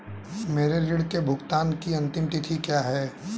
मेरे ऋण के भुगतान की अंतिम तिथि क्या है?